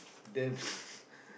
then